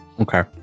Okay